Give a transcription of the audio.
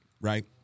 right